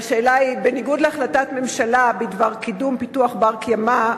והשאלה היא: בניגוד להחלטת הממשלה בדבר קידום פיתוח בר-קיימא,